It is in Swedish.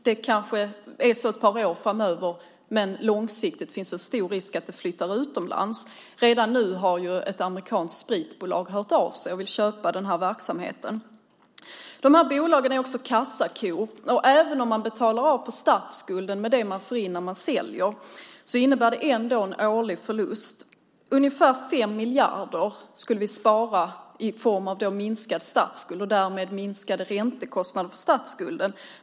Det kanske blir så ett par år framöver, men långsiktigt finns det stor risk för att produktionen flyttar utomlands. Redan nu har ett amerikanskt spritbolag hört av sig och vill köpa denna verksamhet. Dessa bolag är också kassakor. Och även om man betalar av på statsskulden med det som man får in när man säljer företagen innebär det ändå en årlig förlust. Ungefär 5 miljarder kronor skulle vi spara i form av minskad statsskuld och därmed minskade räntekostnader för statsskulden.